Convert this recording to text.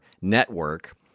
network